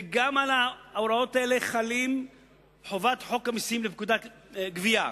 וגם על ההוראות האלה חלה חובת פקודת המסים (גבייה).